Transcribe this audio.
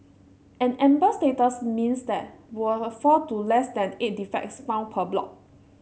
an amber status means there were four to less than eight defects found per block